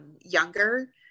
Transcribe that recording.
younger